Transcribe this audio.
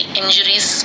injuries